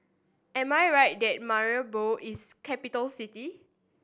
am I right that Paramaribo is capital city